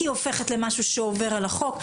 כי היא הופכת למשהו שעובר על החוק.